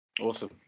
Awesome